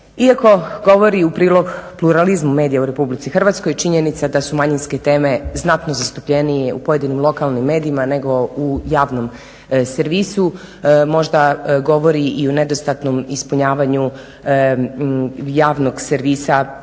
Iako govori u prilog pluralizmu medija u RH činjenica da su manjinske teme znatno zastupljenije u pojedinim lokalnim medijima nego u javnom servisu, možda govori i o nedostatnom ispunjavanju javnog servisa